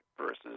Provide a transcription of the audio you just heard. versus